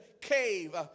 cave